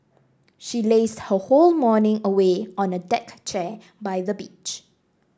she lazed her whole morning away on a deck chair by the beach